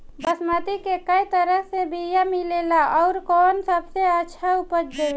बासमती के कै तरह के बीया मिलेला आउर कौन सबसे अच्छा उपज देवेला?